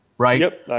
Right